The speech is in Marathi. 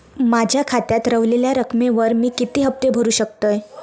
माझ्या खात्यात रव्हलेल्या रकमेवर मी किती हफ्ते भरू शकतय?